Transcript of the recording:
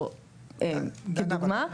כדוגמה,